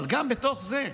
אבל גם בתוך זה,